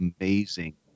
amazing